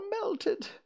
melted